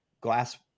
glass